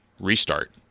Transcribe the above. restart